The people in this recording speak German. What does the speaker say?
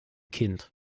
kind